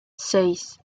seis